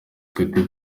katy